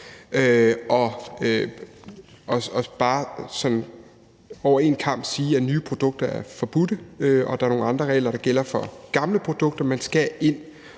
bare over én kam at sige, at nye produkter er forbudte, og at der er nogle andre regler, der gælder for gamle produkter. Hvis man